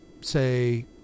say